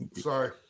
Sorry